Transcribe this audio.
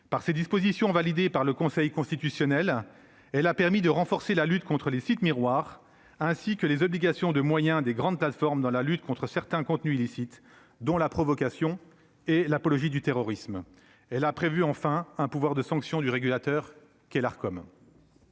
Par ces dispositions, validées par le Conseil constitutionnel, la France a renforcé la lutte contre les « sites miroirs », ainsi que les obligations de moyens des grandes plateformes dans la lutte contre certains contenus illicites, dont la provocation et l'apologie du terrorisme. A également été prévu un pouvoir de sanction du régulateur qu'est l'Arcom.